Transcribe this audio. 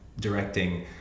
directing